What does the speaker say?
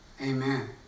Amen